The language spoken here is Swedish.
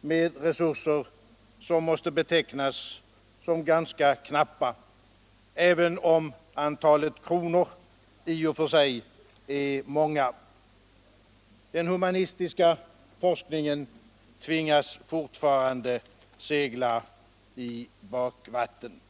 med resurser utbildning och forskning som måste betecknas som ganska knappa, även om antalet kronor i och för sig är stort. Den humanistiska forskningen tvingas fortfarande segla i bakvatten.